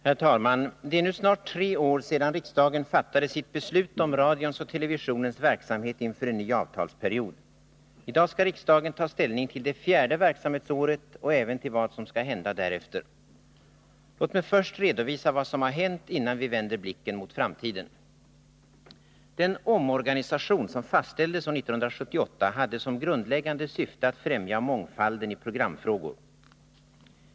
Herr talman! Det är nu snart tre år sedan riksdagen fattade sitt beslut om radions och televisionens verksamhet inför en ny avtalsperiod. I dag skall riksdagen ta ställning till det fjärde verksamhetsåret och även till vad som skall hända därefter. Låt mig först redovisa vad som har hänt innan vi vänder blicken mot framtiden. Den omorganisation som fastställdes år 1978 hade som grundläggande syfte att främja mångfalden i programfrågor.